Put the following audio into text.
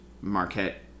Marquette